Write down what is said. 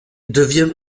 devient